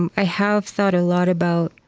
and ah have thought a lot about,